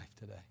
today